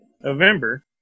November